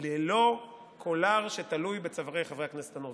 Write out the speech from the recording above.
ללא קולר שתלוי בצווארי חברי הכנסת הנורבגים.